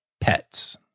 pets